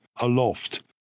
aloft